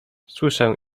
słyszę